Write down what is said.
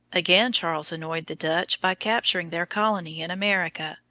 again charles annoyed the dutch by capturing their colony in america,